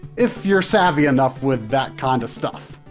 if you're savvy enough with that kinda stuff.